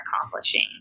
accomplishing